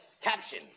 Caption